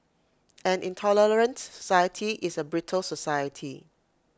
an intolerant society is A brittle society